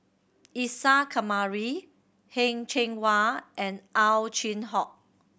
Isa Kamari Heng Cheng Wa and Ow Chin Hock